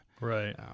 Right